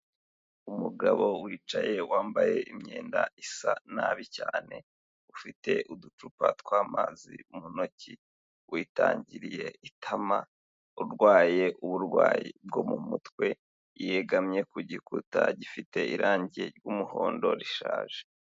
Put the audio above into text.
Umugabo wicaye wambaye imyenda isa nabi cyane, ufite uducupa tw'amazi mu ntoki, witangiriye itama, urwaye uburwayi bwo mu mutwe, yegamye ku gikuta gifite irangi ry'umuhondo rishaje.